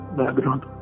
background